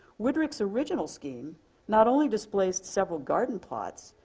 woodrick's original scheme not only displaced several garden plots,